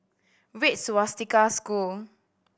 Red Swastika School